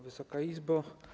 Wysoka Izbo!